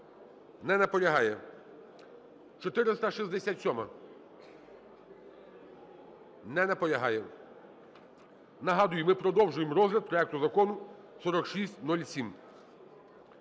Не наполягає. 467-а. Не наполягає. Нагадую, ми продовжуємо розгляд проекту Закону 4607.